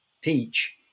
teach